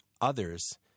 Others